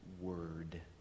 word